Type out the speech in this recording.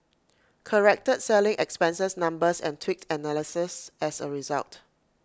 corrected selling expenses numbers and tweaked analyses as A result